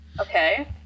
Okay